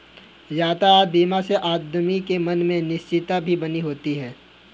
यातायात बीमा से आदमी के मन में निश्चिंतता भी बनी होती है